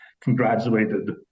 congratulated